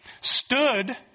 stood